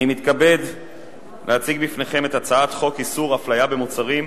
אני מתכבד להציג בפניכם את הצעת חוק איסור הפליה במוצרים,